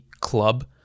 Club